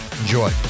Enjoy